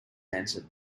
answered